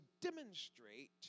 demonstrate